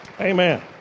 Amen